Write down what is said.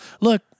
look